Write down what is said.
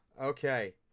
Okay